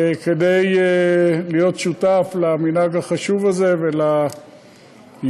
כדי להיות שותף למנהג החשוב הזה ולהזדהות